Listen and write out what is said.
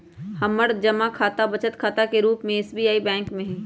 हमर जमा खता बचत खता के रूप में एस.बी.आई बैंक में हइ